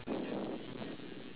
cat